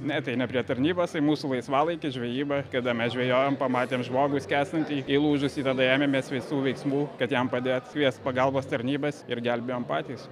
ne tai ne prie tarnybos tai mūsų laisvalaikis žvejyba kada mes žvejojom pamatėm žmogų skęstantį įlūžusį tada ėmėmės visų veiksmų kad jam padėt kviest pagalbos tarnybas ir gelbėjom patys